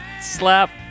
slap